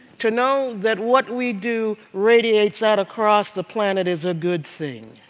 to know that what we do radiates out across the planet is a good thing.